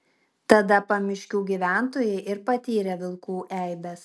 tada pamiškių gyventojai ir patyrė vilkų eibes